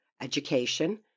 education